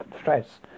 stress